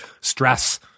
stress